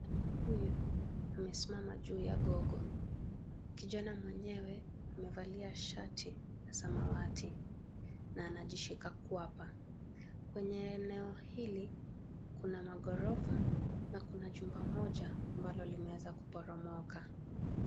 Huyu, amesimama juu ya gogo. Kijana mwenyewe, amevalia shati ya samawati na anajishika kwapa. Kwenye eneo hili, kuna maghorofa na kuna jumba moja, ambalo limeweza kuporomoka.